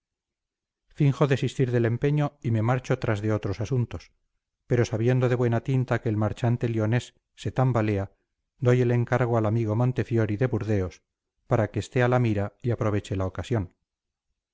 finjo desistir del empeño y me marcho tras de otros asuntos pero sabiendo de buena tinta que el marchante lionés se tambalea doy el encargo al amigo montefiori de burdeos para que esté a la mira y aproveche la ocasión